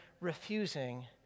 refusing